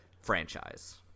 franchise